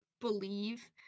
believe